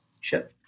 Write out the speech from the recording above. Sure